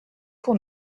pour